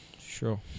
Sure